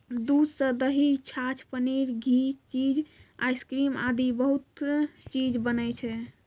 दूध सॅ दही, छाछ, पनीर, घी, चीज, आइसक्रीम आदि बहुत चीज बनै छै